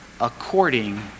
according